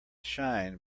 shine